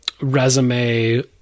resume